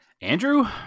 Andrew